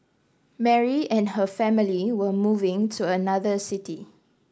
Mary and her family were moving to another city